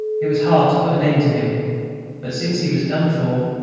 it was hard to put an end to him but since he was done for.